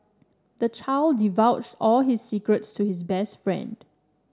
the child divulged all his secrets to his best friend